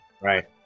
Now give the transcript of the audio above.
Right